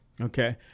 Okay